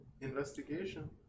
Investigation